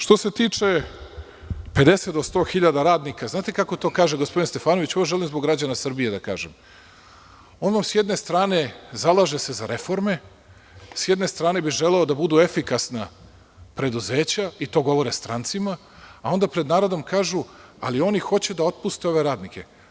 Što se tiče 50.000 do 100.000 radnika, znate kako to kaže gospodin Stefanović, ovo želim zbog građana Srbije da kažem, on s jedne strane se zalaže za reforme, s jedne strane bi želeo da budu efikasna preduzeća i to govore strancima i onda pred narodom kažu – ali oni hoće da otpuste ove radnike.